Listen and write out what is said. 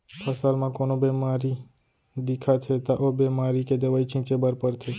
फसल म कोनो बेमारी दिखत हे त ओ बेमारी के दवई छिंचे बर परथे